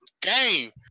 game